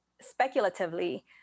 speculatively